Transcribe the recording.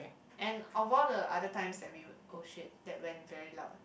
and of all the other times that we oh shit that went very loud ah